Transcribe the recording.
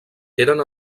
eren